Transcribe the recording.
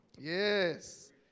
yes